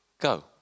go